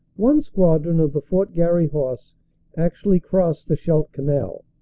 one squadron of the fort garry horse actually crossed the scheldt canal.